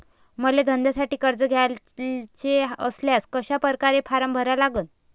मले धंद्यासाठी कर्ज घ्याचे असल्यास कशा परकारे फारम भरा लागन?